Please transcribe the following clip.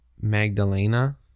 Magdalena